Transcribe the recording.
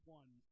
one